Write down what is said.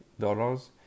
dollars